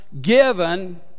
given